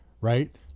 right